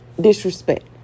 disrespect